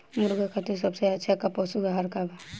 मुर्गा खातिर सबसे अच्छा का पशु आहार बा?